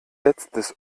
letztes